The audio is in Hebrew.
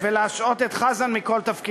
כשאתה טומן את ראשך בחול כשנטענות טענות כל כך